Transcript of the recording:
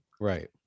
Right